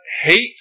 hate